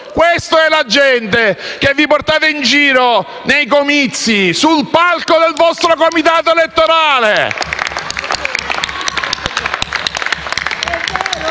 Questa è la gente che vi portate in giro nei comizi, sul palco del vostro comitato elettorale!